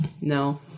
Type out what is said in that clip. No